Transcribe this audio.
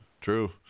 True